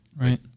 right